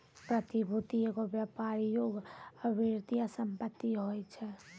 प्रतिभूति एगो व्यापार योग्य वित्तीय सम्पति होय छै